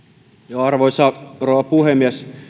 arvoisa rouva puhemies